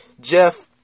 jeff